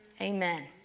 Amen